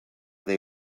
they